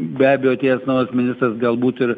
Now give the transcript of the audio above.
be abejo atėjas naujas ministras galbūt ir